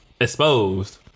exposed